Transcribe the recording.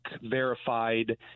verified